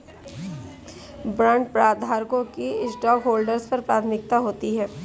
बॉन्डधारकों की स्टॉकहोल्डर्स पर प्राथमिकता होती है